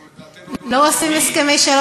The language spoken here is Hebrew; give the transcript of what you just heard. מי?